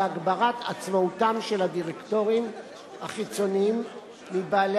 בהגברת עצמאותם של הדירקטורים החיצוניים מול בעלי